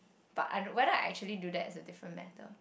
but I don~ whether I actually do that is a different matter